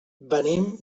venim